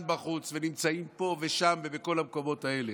בחוץ ונמצאים פה ושם ובכל המקומות האלה.